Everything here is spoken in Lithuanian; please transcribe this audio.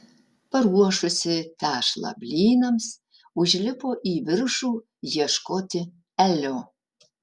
paruošusi tešlą blynams užlipo į viršų ieškoti elio